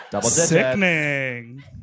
Sickening